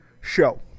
show